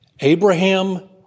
Abraham